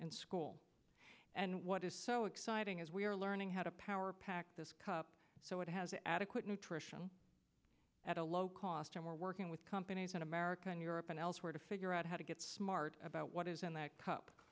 in school and what is so exciting is we are learning how to power pack this cup so it has adequate nutrition at a low cost and we're working with companies in america in europe and elsewhere to figure out how to get smart about what is in that cup